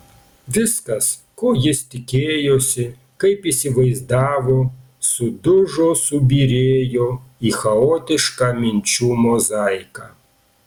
viskas ko jis tikėjosi kaip įsivaizdavo sudužo subyrėjo į chaotišką minčių mozaiką